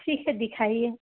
ठीक है दिखाइए